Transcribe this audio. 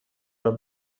راه